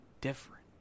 different